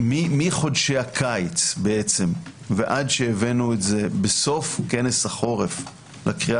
מחודשי הקיץ ועד שהבאנו את זה בסוף כנס החורף לקריאה